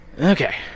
Okay